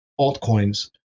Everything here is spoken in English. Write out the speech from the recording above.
altcoins